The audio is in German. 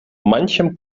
manchem